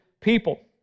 people